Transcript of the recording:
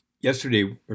Yesterday